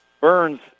Burns